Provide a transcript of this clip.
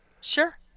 Sure